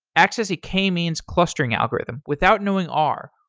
access a k-means clustering algorithm without knowing r,